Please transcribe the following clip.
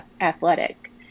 athletic